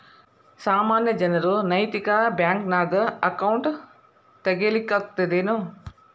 ಸಾಮಾನ್ಯ ಜನರು ನೈತಿಕ ಬ್ಯಾಂಕ್ನ್ಯಾಗ್ ಅಕೌಂಟ್ ತಗೇ ಲಿಕ್ಕಗ್ತದೇನು?